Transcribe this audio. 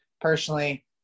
personally